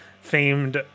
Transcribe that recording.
famed